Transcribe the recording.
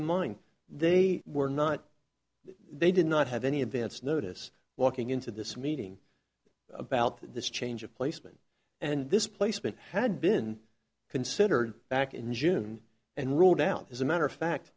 in mind they were not they did not have any advance notice walking into this meeting about this change of placement and this placement had been considered back in june and ruled out as a matter of fact